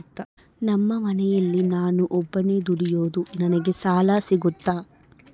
ನಮ್ಮ ಮನೆಯಲ್ಲಿ ನಾನು ಒಬ್ಬನೇ ದುಡಿಯೋದು ನನಗೆ ಸಾಲ ಸಿಗುತ್ತಾ?